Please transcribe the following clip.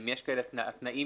אם יש כאלה, התנאים